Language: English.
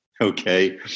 okay